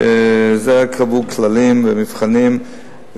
שבזה קבעו כללים ומבחנים,